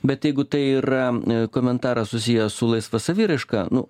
bet jeigu tai yra komentaras susijęs su laisva saviraiška nu